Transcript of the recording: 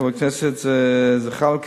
חבר הכנסת זחאלקה,